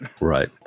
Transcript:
Right